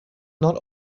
not